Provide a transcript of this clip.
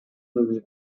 movie